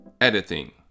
Editing